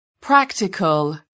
Practical